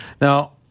Now